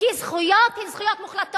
כי זכויות הן זכויות מוחלטות